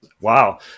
Wow